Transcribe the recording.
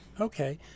Okay